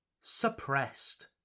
suppressed